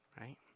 right